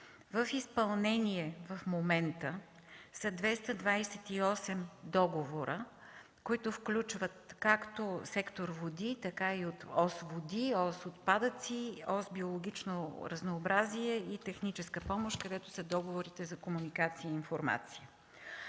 В изпълнение в момента са 228 договора, които включват както сектор „Води”, така и ос „Води”, ос „Отпадъци”, ос „Биологично разнообразие” и техническа помощ, където са договорите за комуникация и информация.